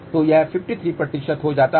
तो यह 53 हो जाता है